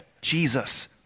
Jesus